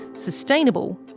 sustainable.